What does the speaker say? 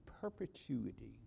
perpetuity